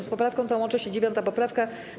Z poprawką tą łączy się 9. poprawka.